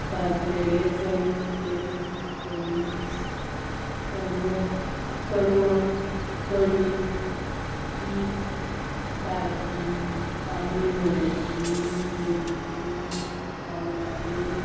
भाजलेले चणके दोनी कणो कडवण कडी शीत भाजी तांबडी मुळ्याची मेथीची वालपापडी